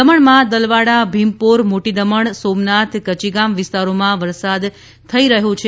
દમણમાં દલવાડા ભીમપોરમોટી દમણ સોમનાથકચીગામ વિસ્તારોમાં વરસાદ થઈ રહયો છે